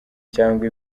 cyangwa